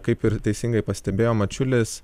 kaip ir teisingai pastebėjo mačiulis